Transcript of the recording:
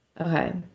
Okay